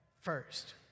first